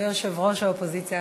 ויושב-ראש האופוזיציה.